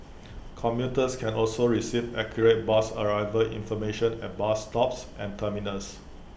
commuters can also receive accurate bus arrival information at bus stops and terminals